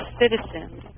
citizens